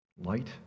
light